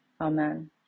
Amen